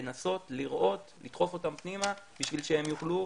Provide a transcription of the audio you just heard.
לנסות לדחוף אותם פנימה בשביל שהם יוכלו